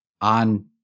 on